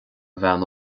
bhean